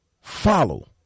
follow